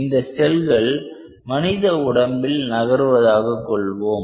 இந்த செல்கள் மனித உடம்பில் நகர்வதாக கொள்வோம்